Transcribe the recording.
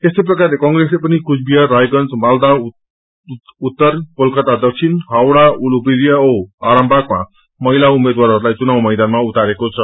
यस्तै प्रकारले कंग्रेसले पनि कूचबिहार राग्रंज मालदा उत्तर कोलाकाता दक्षिण हावड़ा उलूवेरिया औ आरामबाग्मा महिला उम्मेद्वारहरूलाई चुनाव मैदानमा उतारेको छ